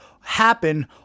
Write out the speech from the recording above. happen